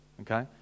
okay